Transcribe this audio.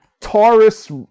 Taurus